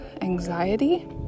anxiety